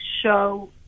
show